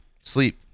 Sleep